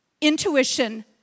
Intuition